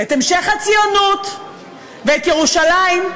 את המשך הציונות ואת ירושלים,